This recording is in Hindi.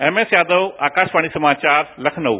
एमएसयादव आकाशवाणी समाचार लखनऊ